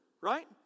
right